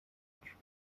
edge